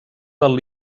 del